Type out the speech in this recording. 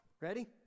ready